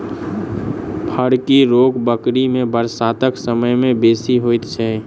फड़की रोग बकरी मे बरसातक समय मे बेसी होइत छै